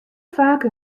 faak